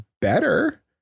better